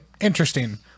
interesting